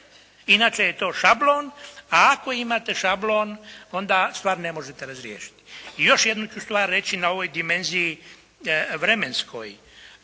Inače je to šablon, a ako imate šablon onda stvar ne možete razriješiti. I još jednu stvar ću reći na ovoj dimenziji vremenskoj.